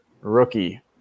rookie